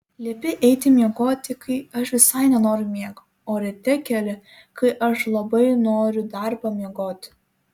liepi eiti miegoti kai aš visai nenoriu miego o ryte keli kai aš labai noriu dar pamiegoti